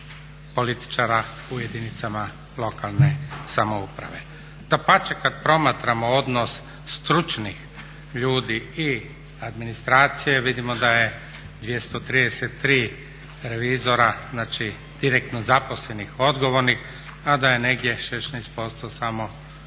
u jedinicama lokalne samouprave. Dapače kada promatramo odnos stručnih ljudi i administracije vidimo da je 233 revizora, znači direktno zaposlenih, odgovornih a da je negdje 16% samo